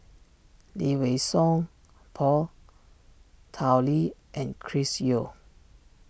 Lee Wei Song Paul Tao Li and Chris Yeo